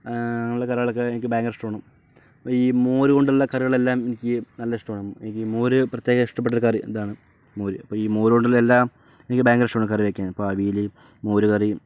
അങ്ങനെയുള്ള കറികളൊക്കെ എനിക്ക് ഭയങ്കര ഇഷ്ടമാണ് ഈ മോരു കൊണ്ടുള്ള കറികൾ എല്ലാം എനിക്ക് നല്ല ഇഷ്ടമാണ് എനിക്ക് മോര് പ്രത്യേക ഇഷ്ടപ്പെട്ട ഒരു കറി ഇതാണ് മോര് അപ്പോൾ ഈ മോര് കൊണ്ടുള്ള എല്ലാം എനിക്ക് ഭയങ്കര ഇഷ്ടമാണ് കറിവെക്കാൻ ഇപ്പോൾ അവിയൽ മോരുകറി